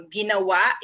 ginawa